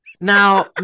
Now